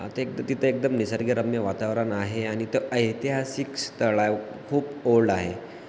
तेक तिथं एकदम निसर्गरम्य वातावरण आहे आणि ते ऐतिहासिक स्थळ आहे खूप ओल्ड आहे